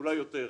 אולי יותר.